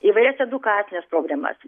įvairias edukacines programas